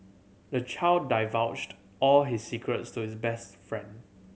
the child divulged all his secrets to his best friend